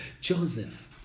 Joseph